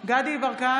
דסטה גדי יברקן,